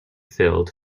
filled